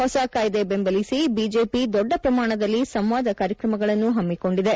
ಹೊಸ ಕಾಯ್ದೆ ಬೆಂಬಲಿಸಿ ಬಿಜೆಪಿ ದೊದ್ದ ಪ್ರಮಾಣದಲ್ಲಿ ಸಂವಾದ ಕಾರ್ಯಕ್ರಮಗಳನ್ನು ಹಮ್ಮಿಕೊಂಡಿದೆ